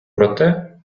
проте